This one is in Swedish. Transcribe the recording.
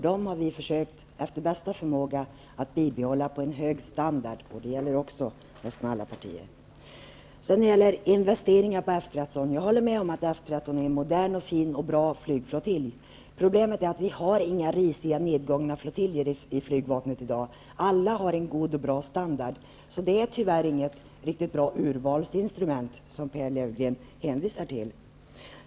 Dem har vi efter bästa förmåga försökt bibehålla på en hög standard. Det gäller också nästan alla partier. Pehr Löfgreen talar om invsteringar på F 13. Jag håller med om att F 13 är en modern, fin och bra flygflottilj. Problemet är att vi inte har några risiga, nedgångna flottiljer i flygvapnet i dag. Alla har en god standard. Det är alltså tyvärr inget bra urvalsinstrument som Pehr Löfgreen hänvisar till.